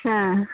ஆ